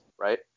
right